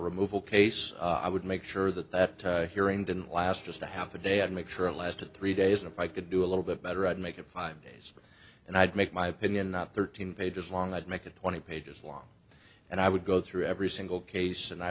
removal case i would make sure that that hearing didn't last just a half a day and make sure lasted three days if i could do a little bit better i'd make if i'm just and i'd make my opinion not thirteen pages long i'd make it twenty pages long and i would go through every single case